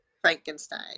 Frankenstein